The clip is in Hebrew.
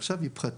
עכשיו היא פרטית,